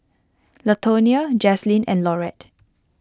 Latonia Jazlynn and Laurette